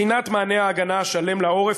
בחינת מענה ההגנה השלם לעורף,